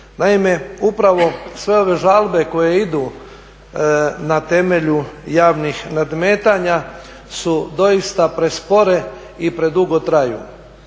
Naime, upravo sve ove žalbe koje idu na temelju javnih nadmetanja su doista prespore i predugo traje.